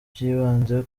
by’ibanze